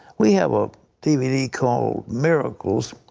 we have a d v d. called miracles.